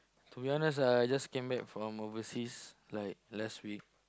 to be honest ah I just came back from overseas like last week